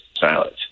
silence